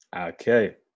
Okay